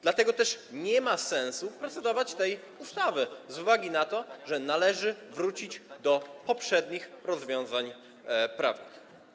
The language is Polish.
Dlatego też nie ma sensu procedować nad tą ustawą z uwagi na to, że należy wrócić do poprzednich rozwiązań prawnych.